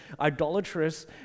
idolatrous